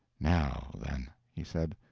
now, then he said,